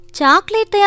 Chocolate